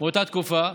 מאותה תקופה,